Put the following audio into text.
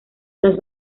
las